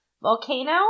Volcano